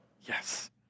Yes